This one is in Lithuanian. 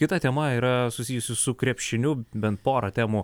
kita tema yra susijusi su krepšiniu bent porą temų